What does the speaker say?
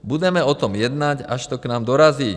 Budeme o tom jednat, až to k nám dorazí.